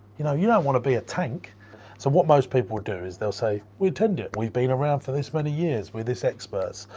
you know you don't wanna be a tank. so what most people will do, they'll say, we're tend it, we've been around for this many years, we're this experts,